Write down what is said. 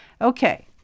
Okay